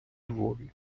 львові